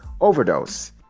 overdose